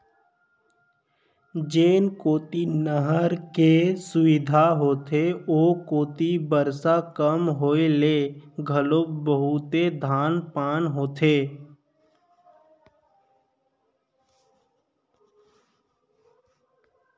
जेन कोती नहर के सुबिधा होथे ओ कोती बरसा कम होए ले घलो बहुते धान पान होथे